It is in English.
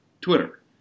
Twitter